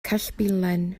cellbilen